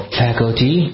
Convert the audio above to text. faculty